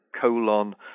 colon